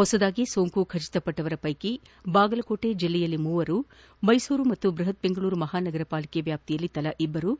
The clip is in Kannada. ಹೊಸದಾಗಿ ಸೋಂಕು ದೃಢಪಟ್ಟವರ ಪೈಕಿ ಬಾಗಲಕೋಟೆ ಜಿಲ್ಲೆಯಲ್ಲಿ ಮೂವರು ಮೈಸೂರು ಪಾಗೂ ಬೃಹತ್ ಬೆಂಗಳೂರು ಮಹಾನಗರ ಪಾಲಿಕೆ ವ್ಯಾಪ್ತಿಯಲ್ಲಿ ತಲಾ ಇಬ್ಬರು